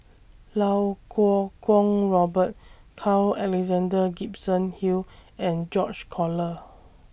Lau Kuo Kwong Robert Carl Alexander Gibson Hill and George Collyer